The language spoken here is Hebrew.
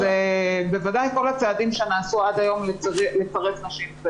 אז בוודאי כל הצעדים שנעשו עד היום לצרף נשים,